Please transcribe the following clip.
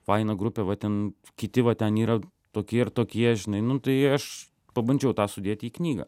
faina grupė va ten kiti va ten yra tokie ir tokie žinai nu tai aš pabandžiau tą sudėti į knygą